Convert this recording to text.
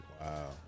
Wow